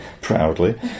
Proudly